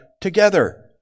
together